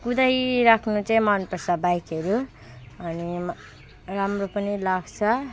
कुदाइरहनु चाहिँ मनपर्छ बाइकहरू अनि म राम्रो पनि लाग्छ